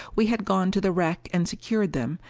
we had gone to the wreck and secured them,